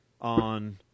on